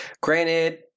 Granted